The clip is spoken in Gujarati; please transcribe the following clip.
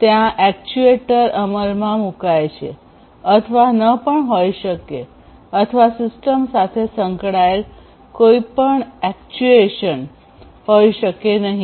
ત્યાં એકચ્યુએટર અમલમાં મુકાય છે અથવા ન પણ હોઈ શકે અથવા સિસ્ટમ સાથે સંકળાયેલ કોઈપણ એકચ્યુએશન ક્રિયા હોઈ શકે નહીં